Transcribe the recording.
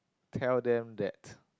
tell them that